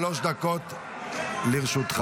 שלוש דקות לרשותך.